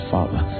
Father